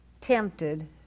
tempted